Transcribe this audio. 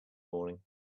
morning